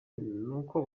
uko